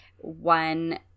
one